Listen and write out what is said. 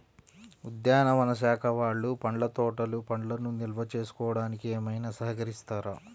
ఉద్యానవన శాఖ వాళ్ళు పండ్ల తోటలు పండ్లను నిల్వ చేసుకోవడానికి ఏమైనా సహకరిస్తారా?